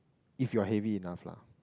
if you're heavy enough lah